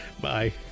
Bye